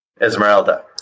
Esmeralda